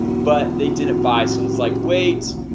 but they didn't buy souls like weight